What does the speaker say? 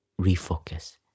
Refocus